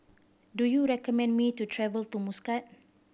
do you recommend me to travel to Muscat